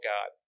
God